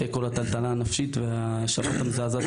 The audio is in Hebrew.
אחרי כל הטלטלה הנפשית והשבת המזעזעת